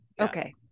Okay